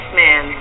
man